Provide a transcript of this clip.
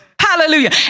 Hallelujah